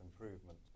improvement